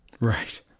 Right